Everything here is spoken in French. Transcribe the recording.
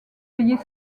payer